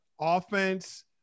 offense